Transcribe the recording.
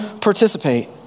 participate